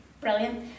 Brilliant